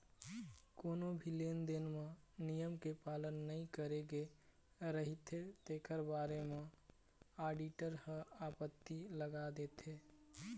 कोनो भी लेन देन म नियम के पालन नइ करे गे रहिथे तेखर बारे म आडिटर ह आपत्ति लगा देथे